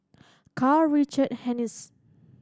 Karl Richard Hanitsch